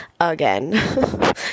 again